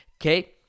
Okay